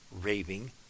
raving